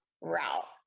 route